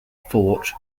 fort